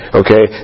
okay